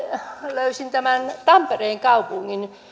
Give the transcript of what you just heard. löysin tampereen kaupungin